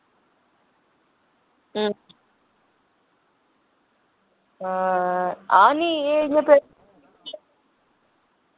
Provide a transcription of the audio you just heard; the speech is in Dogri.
हां निं एह् इ'यां